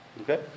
Okay